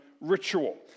ritual